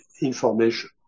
information